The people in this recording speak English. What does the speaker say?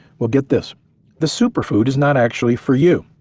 well, get this the super food is not actually for you.